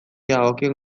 dagokion